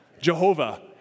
Jehovah